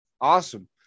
Awesome